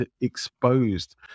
exposed